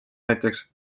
näiteks